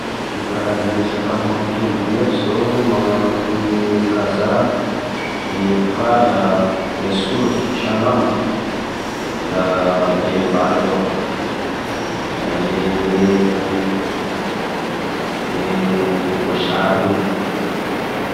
Io karazane sakafo mampitombo hery zao magnano akone kazaha gne bokala gne sozo sagnambo da ndre vary avao koa da gne gne voasary io.